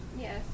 yes